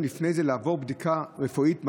לפני זה לעבור בדיקה רפואית במרב"ד.